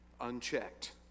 unchecked